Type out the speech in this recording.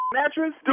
mattress